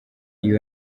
iyo